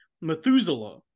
Methuselah